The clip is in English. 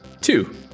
Two